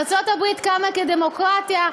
ארצות-הברית קמה כדמוקרטיה,